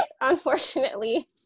unfortunately